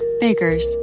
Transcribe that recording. Baker's